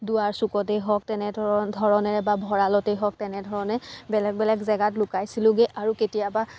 দুৱাৰ চুকতেই হওক তেনেধৰণ ধৰণেৰে বা ভঁৰালতেই হওক তেনেধৰণে বেলেগ বেলেগ জেগাত লুকাইছিলোঁগৈ আৰু কেতিয়াবা